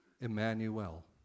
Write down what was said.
emmanuel